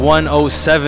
107